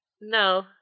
no